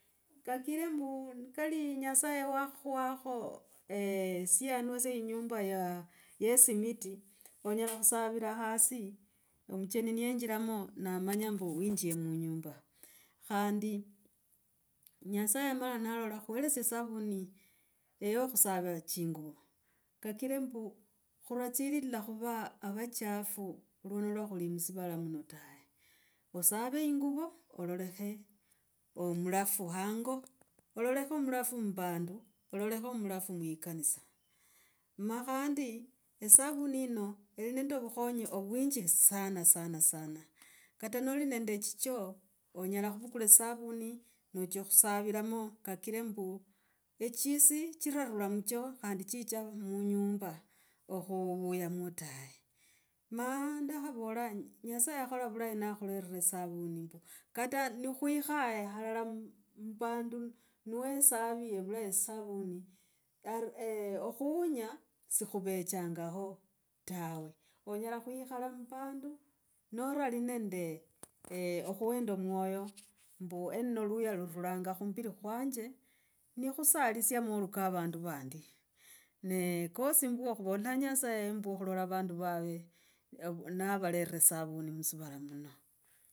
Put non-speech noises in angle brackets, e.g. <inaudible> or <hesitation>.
Kakire mbu ni kali. Nyasaye wakhwakho <hesitation> sianwa sye inyumba ye esimiti, onyela khusavira hasi no omucheni niyenjiramo namanya mbu winjire munyumba. Khandi nyasaye nalola akhweresie esavuni yo khusavira chinguvo kakire mbu, khulatsilila khuva avachafu luwono mwa khuli musivala muno. Osave inguvo ololokhe omulafu hango ololokhe mulafu muvanduu, ololokhe mulafu muikanisa. Ma khandi esavuni yino eli nende ovukhonyi ovwinji sana sana sana. Kata noli nende chichoo onyela khuvukula esavuni nocha khusaviramo kakire mbu echisi chirarula muchoo khandi chichaa munyumba okhuvuyamo tawe. Maa ndakhavola ndi nyasaye yakhola vulayi nakhurela esavuni mbu. Kata nikhwikhaye halala muvandu niwesaviye vulahi savuni <hesitation> eeh okhuunya sikhuvechangao tawe. Onyela khwikhala muvandu norali nende <hesitation> okhwenda mwoyo tawe, mbu neluya lurula muviri kwanje nikhusalisia moli ka vandu vandi. Ne kosi mbwo, khuvola nyasaye mbu khulola vandu vave navalera savuni musivala muno.